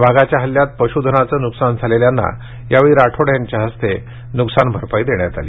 वाघाच्या हल्ल्यात पशुधनाचं नुकसान झालेल्यांना यावेळी राठोड यांच्या हस्ते नुकसान भरपाई देण्यात आली